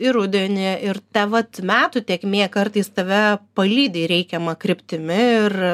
ir rudenį ir ta vat metų tėkmė kartais tave palydi reikiama kryptimi ir